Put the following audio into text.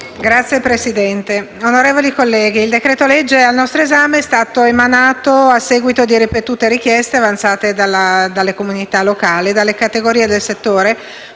di legge n. 435** Il decreto-legge al nostro esame è stato emanato a seguito di ripetute richieste avanzate dalle comunità locali e dalle categorie del settore